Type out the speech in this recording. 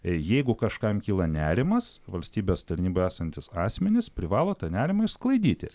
jeigu kažkam kyla nerimas valstybės tarnyboj esantys asmenys privalo tą nerimą išsklaidyti